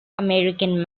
american